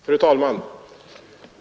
Fru talman!